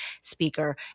speaker